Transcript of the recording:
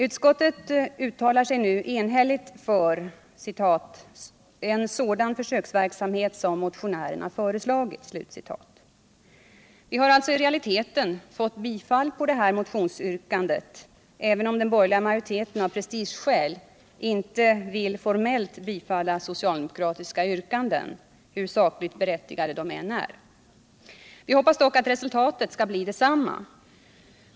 Utskottet uttalar sig nu enhälligt för en ”sådan försöksverksamhet som motionärerna föreslagit”. Vi har alltså i realiteten fått bifall till detta motionsyrkande, även om den borgerliga majoriteten av prestigeskäl inte formellt vill bifalla socialdemokratiska yrkanden, hur sakligt berättigade de än är. Vi hoppas dock att resultatet skall bli detsamma.